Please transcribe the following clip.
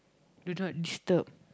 do not disturb